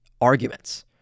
arguments